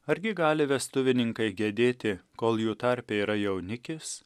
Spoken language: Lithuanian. argi gali vestuvininkai gedėti kol jų tarpe yra jaunikis